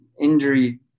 injury